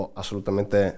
assolutamente